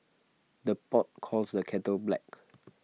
the pot calls the kettle black